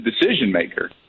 decision-maker